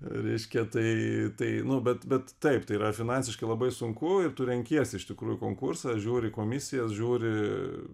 reiškia tai tai nu bet bet taip tai yra finansiškai labai sunku ir tu renkies iš tikrųjų konkursą žiūri komisijas žiūri